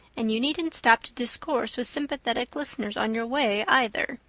and you needn't stop to discourse with sympathetic listeners on your way, either.